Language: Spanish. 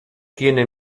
tiene